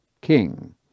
king